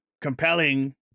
compelling